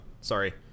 Sorry